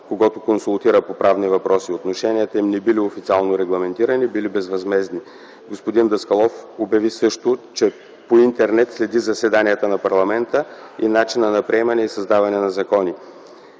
когото консултира по правни въпроси. Отношенията им не били официално регламентирани, били безвъзмездни. Господин Даскалов обяви също, че по интернет следи заседанията на парламента и „начина на приемане и създаване на закони”.